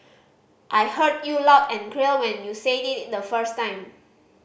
I heard you loud and when you said it in the first time